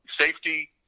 safety